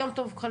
יום טוב כלפון,